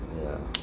yeah